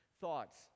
thoughts